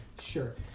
Sure